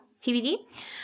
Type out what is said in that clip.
TBD